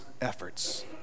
efforts